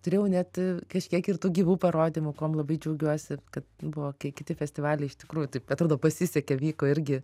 turėjau net kažkiek ir tų gyvų parodymų kuom labai džiaugiuosi kad buvo kai kiti festivaliai iš tikrųjų taip atrodo pasisekė vyko irgi